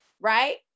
right